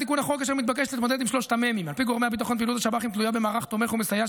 של ארגוני הטרור בעיני הציבור הפלסטיני,